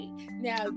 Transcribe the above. Now